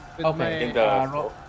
okay